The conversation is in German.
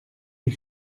die